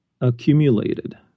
accumulated